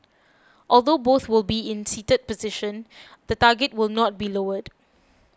although both will be in a seated position the target will not be lowered